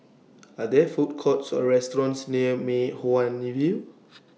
Are There Food Courts Or restaurants near Mei Hwan View